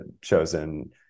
chosen